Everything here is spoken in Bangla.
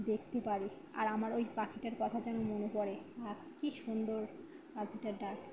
দেখতে পারি আর আমার ওই পাখিটার কথা যেন মনে পড়ে আর কী সুন্দর পাখিটার ডাক